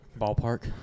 Ballpark